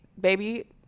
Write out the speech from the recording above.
baby